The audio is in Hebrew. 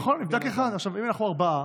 נכון, נבדק אחד, אם אנחנו ארבעה,